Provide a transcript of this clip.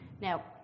now